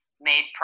made